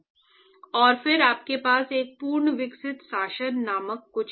और फिर आपके पास एक पूर्ण विकसित शासन नामक कुछ है